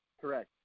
Correct